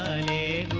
a